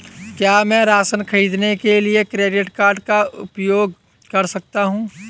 क्या मैं राशन खरीदने के लिए क्रेडिट कार्ड का उपयोग कर सकता हूँ?